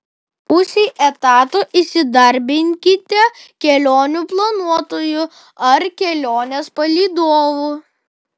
pusei etato įsidarbinkite kelionių planuotoju ar kelionės palydovu